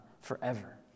forever